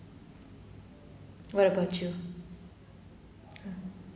what about you